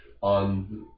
on